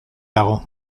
dago